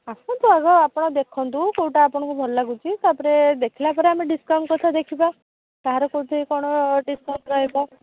ଆସନ୍ତୁ ଆଗ ଆପଣ ଦେଖନ୍ତୁ କେଉଁଟା ଆପଣଙ୍କୁ ଭଲ ଲାଗୁଛି ତା'ପରେ ଦେଖିଲା ପରେ ଆମେ ଡିସ୍କାଉଣ୍ଟ କଥା ଦେଖିବା କାହାର କେଉଁଠି କ'ଣ ଡିସ୍କାଉଣ୍ଟ ରହିବ